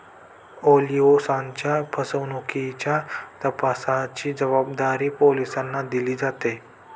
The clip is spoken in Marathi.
ओलिसांच्या फसवणुकीच्या तपासाची जबाबदारी पोलिसांना दिली जाते